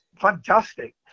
Fantastic